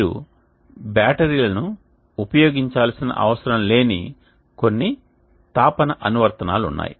మీరు బ్యాటరీలను ఉపయోగించాల్సిన అవసరం లేని కొన్ని తాపన అనువర్తనాలు ఉన్నాయి